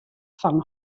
fan